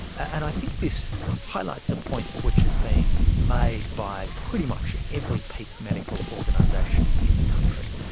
and i think this highlights a point which has been made by pretty much every peak medical organisation in the country,